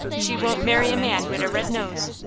she won't marry a man wid a red nose.